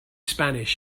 spanish